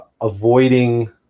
avoiding